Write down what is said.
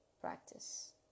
practice